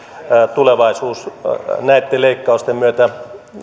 tulevaisuus näitten leikkausten myötä